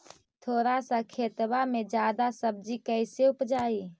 थोड़ा सा खेतबा में जादा सब्ज़ी कैसे उपजाई?